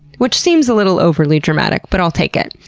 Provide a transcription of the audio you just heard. which seems a little overly dramatic but i'll take it.